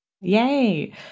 Yay